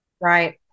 Right